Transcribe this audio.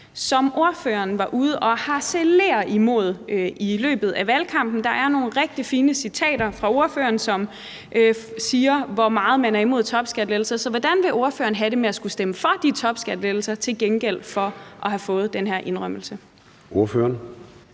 som ordføreren var ude at harcelere imod i løbet af valgkampen – der er nogle rigtig fine citater fra ordføreren, hvor han siger, hvor meget man er imod topskattelettelser. Så hvordan vil ordføreren have det med skulle stemme for de topskattelettelser til gengæld for at have fået den her indrømmelse? Kl.